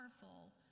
powerful